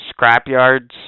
scrapyards